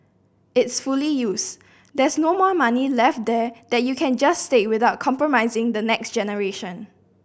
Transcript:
it's fully used there's no more money left there that you can just take without compromising the next generation